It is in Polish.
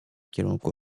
kierunku